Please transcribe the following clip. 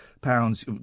pounds